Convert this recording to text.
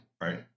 Right